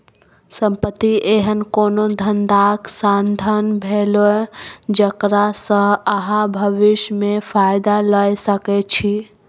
संपत्ति एहन कोनो धंधाक साधंश भेलै जकरा सँ अहाँ भबिस मे फायदा लए सकै छी